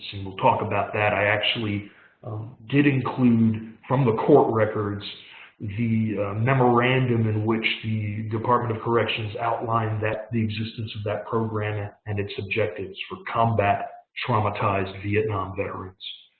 and we'll talk about that. i actually did include from the court records the memorandum in which the department of corrections outlined the existence of that program and its objectives for combat traumatized vietnam veterans.